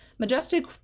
Majestic